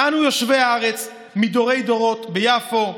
"אנו יושבי הארץ מדורי דורות ביפו,